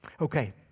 Okay